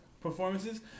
performances